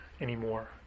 anymore